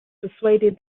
persuaded